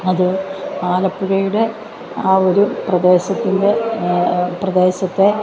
അത് ആലപ്പുഴയുടെ ആ ഒരു പ്രദേശത്തിൻ്റെ പ്രദേശത്തെ